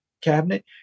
cabinet